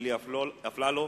אלי אפללו